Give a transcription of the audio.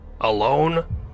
Alone